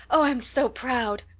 oh, i'm so proud!